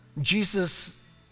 Jesus